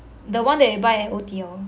the one that we buy at O_T_L